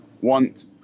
want